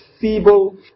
feeble